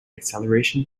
acceleration